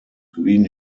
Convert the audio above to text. green